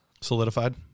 solidified